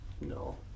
no